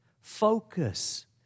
Focus